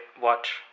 watch